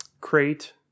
crate